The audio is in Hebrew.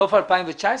סוף 2019?